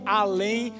além